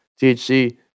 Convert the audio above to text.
THC